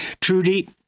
Trudy